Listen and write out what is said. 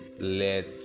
Let